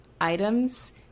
items